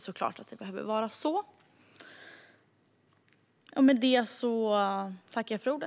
Så behöver det såklart vara.